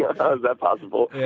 how is that possible?